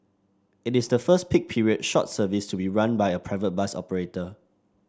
it is the first peak period short service to be run by a private bus operator